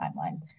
timeline